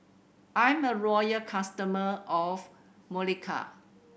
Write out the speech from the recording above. I'm a loyal customer of Molicare